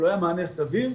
אבל היה מענה סביר,